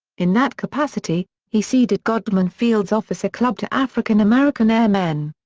in that capacity, he ceded godman field's officer club to african-american airmen.